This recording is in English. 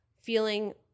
feeling